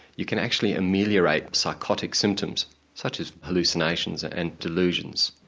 you can actually ameliorate psychotic symptoms such as hallucinations and delusions.